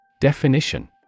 Definition